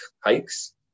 hikes